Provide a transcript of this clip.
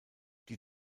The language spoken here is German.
die